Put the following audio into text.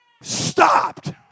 stopped